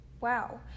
Wow